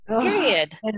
Period